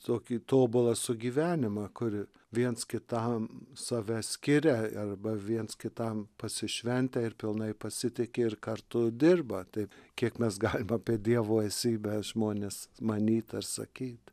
tokį tobulą sugyvenimą kur viens kitam save skiria arba viens kitam pasišventę ir pilnai pasitiki ir kartu dirba taip kiek mes galim apie dievo esybę žmones manyt ar sakyt